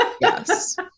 yes